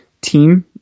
team